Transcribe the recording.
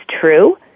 true